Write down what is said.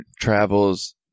travels